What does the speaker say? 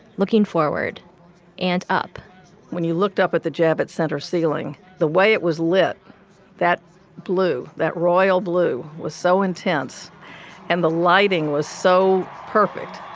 looking forward and up when you looked up at the javits center ceiling, the way it was lit that blew that royal blue was so intense and the lighting was so perfect.